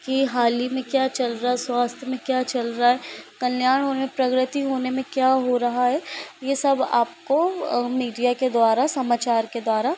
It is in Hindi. कि हाल ई में क्या चल रहा स्वास्थ्य में क्या चल रहा है कल्याण होने प्रग्रति होने में क्या हो रहा है यह सब आपको मीडिया के द्वारा समाचार के द्वारा